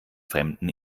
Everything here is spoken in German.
fremden